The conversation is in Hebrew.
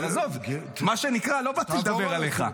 אבל עזוב, מה שנקרא, לא באתי לדבר עליך.